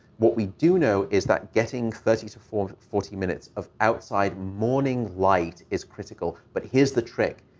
what we do know is that getting thirty to forty forty minutes of outside morning light is critical. but here's the trick.